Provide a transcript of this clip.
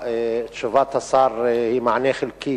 תשובת השר היא מענה חלקי,